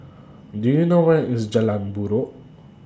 Do YOU know Where IS Jalan Buroh